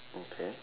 okay